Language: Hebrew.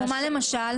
כמו מה, למשל?